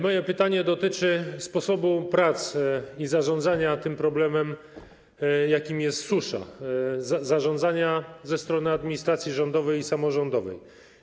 Moje pytanie dotyczy sposobu prac i zarządzania tym problemem, jakim jest susza, zarządzania ze strony administracji rządowej i samorządowej.